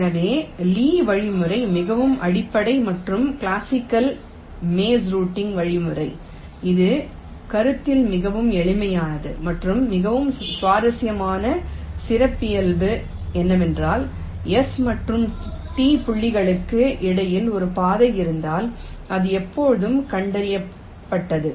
எனவே லீயின் வழிமுறை மிகவும் அடிப்படை மற்றும் கிளாசிக்கல் மேஸ் ரூட்டிங் வழிமுறை இது கருத்தில் மிகவும் எளிமையானது மற்றும் மிகவும் சுவாரஸ்யமான சிறப்பியல்பு என்னவென்றால் S மற்றும் T புள்ளிகளுக்கு இடையில் ஒரு பாதை இருந்தால் அது எப்போதும் கண்டறியப்பட்டது